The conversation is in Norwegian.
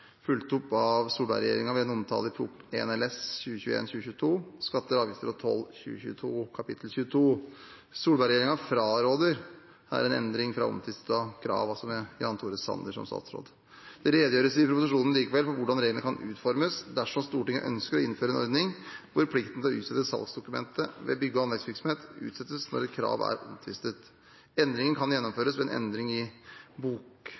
fulgt opp av Solberg-regjeringen ved en omtale i Prop. 1 LS for 2021–2022, Skatter, avgifter og toll 2022, kapittel 22. Solberg-regjeringen fraråder her en endring for omtvistede krav, altså med Jan Tore Sanner som statsråd. Det redegjøres i proposisjonen likevel for hvordan reglene kan utformes dersom Stortinget ønsker å innføre en ordning hvor plikten til å utstede salgsdokument ved bygge- og anleggsvirksomhet utsettes når et krav er omtvistet. Endringen kan gjennomføres ved en endring i